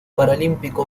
paralímpico